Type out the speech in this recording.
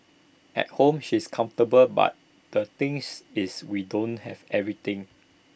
at home she's comfortable but the things is we don't have everything